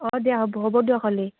অঁ দিয়া হ'ব হ'ব দিয়ক হ'লি